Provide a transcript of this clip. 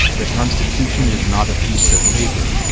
the constitution is not a piece of paper.